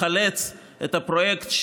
לחלץ את הפרויקט,